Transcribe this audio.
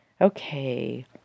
Okay